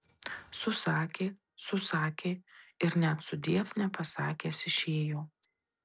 susakė susakė ir net sudiev nepasakęs išėjo